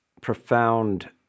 profound